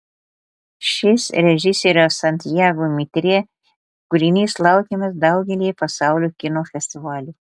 šis režisieriaus santiago mitre kūrinys laukiamas daugelyje pasaulio kino festivalių